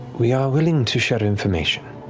we are willing to share information.